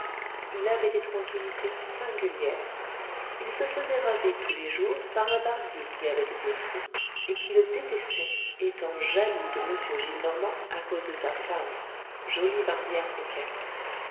il avait des tranquillités singulières il se faisait raser tous les jours par un barbier qui avait été fou et qui le détestait étant jaloux de m gillenormand à cause de sa femme jolie barbière coquette